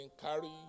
carry